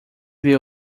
ver